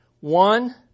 one